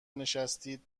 نشستید